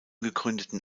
gegründeten